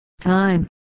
time